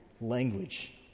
language